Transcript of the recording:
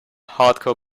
hardcore